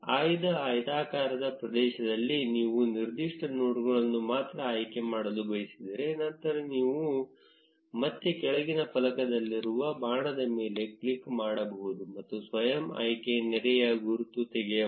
ಆಯ್ದ ಆಯತಾಕಾರದ ಪ್ರದೇಶದಲ್ಲಿ ನೀವು ನಿರ್ದಿಷ್ಟ ನೋಡ್ಗಳನ್ನು ಮಾತ್ರ ಆಯ್ಕೆ ಮಾಡಲು ಬಯಸಿದರೆ ನಂತರ ನಾವು ಮತ್ತೆ ಕೆಳಗಿನ ಫಲಕದಲ್ಲಿರುವ ಬಾಣದ ಮೇಲೆ ಕ್ಲಿಕ್ ಮಾಡಬಹುದು ಮತ್ತು ಸ್ವಯಂ ಆಯ್ಕೆ ನೆರೆಯ ಗುರುತು ತೆಗೆಯಬಹುದು